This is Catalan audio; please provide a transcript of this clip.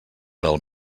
del